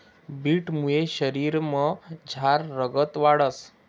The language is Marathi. बीटमुये शरीरमझार रगत वाढंस